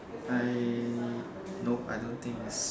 I nope I don't think it's